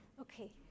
okay